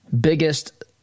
biggest